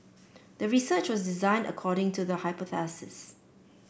the research was designed according to the hypothesis